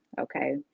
okay